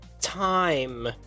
time